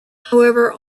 however